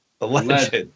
Alleged